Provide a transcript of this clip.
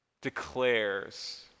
declares